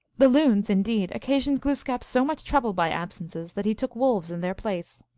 the loons, indeed, occasioned glooskap so much trouble by absences that he took wolves in their place.